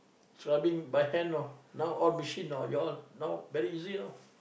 scrubbing my hand know now all machine know you all now very easy loh